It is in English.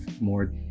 more